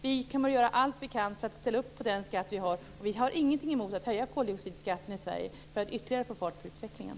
Vi kommer att göra allt vi kan för att ställa upp på den skatt vi har, och vi har inget emot att höja koldioxidskatten i Sverige för att ytterligare få fart på utvecklingen.